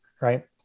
Right